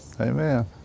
Amen